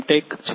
tech છે